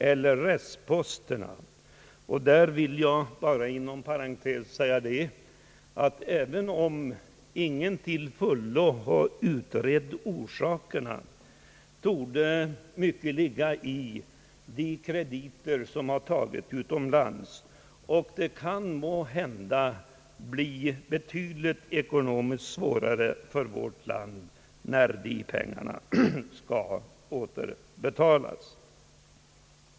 Inom parentes vill jag säga att även om ingen till fullo har utrett orsakerna, torde mycket ligga i de krediter som tagits utomlands. Måhända blir det betydligt svårare för vårt land i ekonomiskt avseende när dessa pengar skall återbetalas.